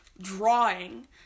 drawing